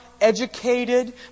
educated